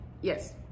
yes